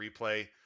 replay